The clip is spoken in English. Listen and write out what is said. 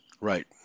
Right